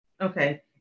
Okay